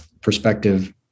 perspective